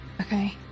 Okay